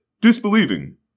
disbelieving